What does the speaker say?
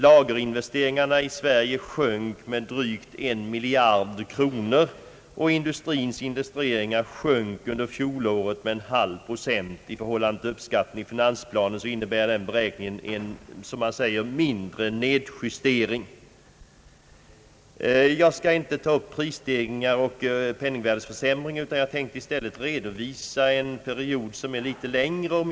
Lagerinvesteringarna i Sverige sjönk med drygt en miljard kronor och industrins investeringar sjönk under fjolåret med en halv procent. I förhållande till uppskattningen i finansplanen innebär den här beräkningen en mindre nedjustering. Jag skall inte gå in på prisstegringar och penningvärdeförsämring. Men jag vill i stället redovisa utvecklingen under en längre period.